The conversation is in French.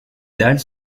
dalles